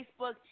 Facebook